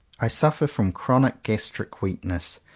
i suffer from chronic gastric weakness.